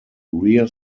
rear